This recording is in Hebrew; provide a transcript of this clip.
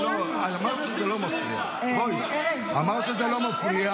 עד היום הם מתרפסים בפני